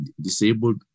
disabled